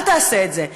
אל תעשה את זה.